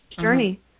journey